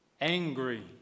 angry